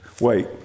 Wait